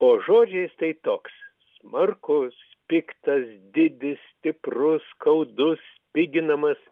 o žodžiais tai toks smarkus piktas didis stiprus skaudus spiginamas